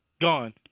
gone